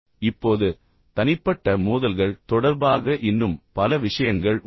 இப்போது தனிப்பட்ட மோதல்கள் தொடர்பாக இன்னும் பல விஷயங்கள் உள்ளன